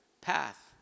path